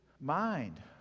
mind